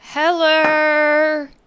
Hello